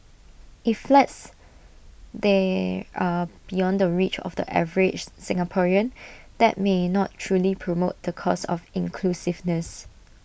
if flats there are beyond the reach of the average Singaporean that may not truly promote the cause of inclusiveness